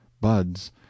buds